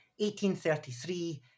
1833